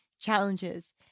challenges